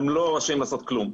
הם לא רשאים לעשות כלום,